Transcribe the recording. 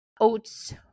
oats